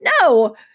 No